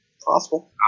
possible